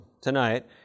tonight